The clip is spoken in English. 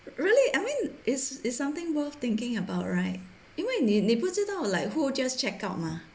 really I mean is is something worth thinking about right 因为你你不知道 like who just check out 吗